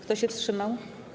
Kto się wstrzymał?